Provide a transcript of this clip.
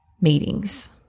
meetings